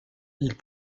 ils